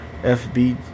FB